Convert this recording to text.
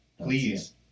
Please